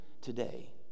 today